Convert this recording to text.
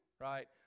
Right